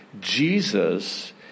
Jesus